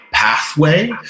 pathway